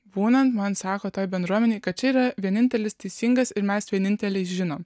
būnant man sako toj bendruomenėj kad čia yra vienintelis teisingas ir mes vieninteliai žinom